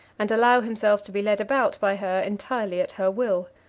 and allow himself to be led about by her entirely at her will.